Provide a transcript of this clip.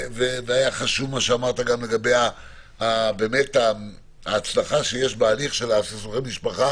והיה חשוב מה שאמרת לגבי ההצלחה שיש בהליך הגישור בסכסוכי משפחה